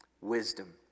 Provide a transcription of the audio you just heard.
wisdom